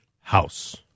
house